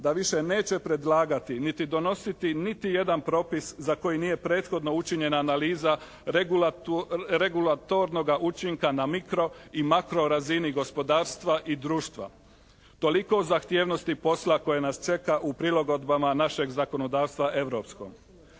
da više neće predlagati niti donositi niti jedan propis za koji nije prethodno učinjena analiza regulatornoga učinka na mikro i makro razini gospodarstva i društva. Toliko o zahtjevnosti posla koji nas čeka u prilagodbama našeg zakonodavstva europskom.